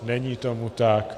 Není tomu tak.